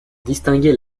distinguer